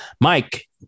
Mike